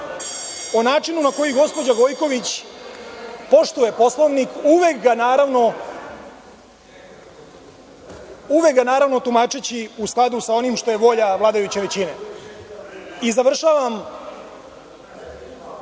o načinu na koji gospođa Gojković poštuje Poslovnik, uvek ga naravno tumači u skladu sa onim što je volja vladajuće većine. Završavam,